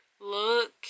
look